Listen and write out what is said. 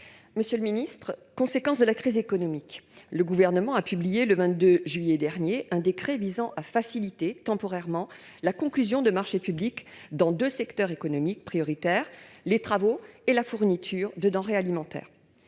Monsieur le ministre, conséquence de la crise économique, le Gouvernement a publié, le 22 juillet dernier, un décret visant à faciliter temporairement la conclusion de marchés publics dans deux secteurs économiques prioritaires : les travaux et la fourniture de denrées alimentaires.